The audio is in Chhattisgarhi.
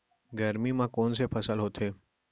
गरमी मा कोन से फसल होथे?